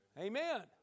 Amen